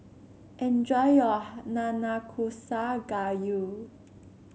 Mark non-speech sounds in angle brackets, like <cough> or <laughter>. enjoy your <unintelligible> Nanakusa Gayu